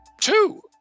two